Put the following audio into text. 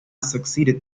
succeeded